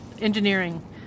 engineering